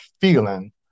feeling